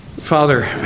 Father